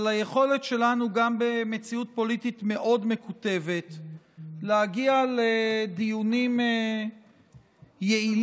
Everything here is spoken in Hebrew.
היכולת שלנו גם במציאות פוליטית מאוד מקוטבת להגיע לדיונים יעילים,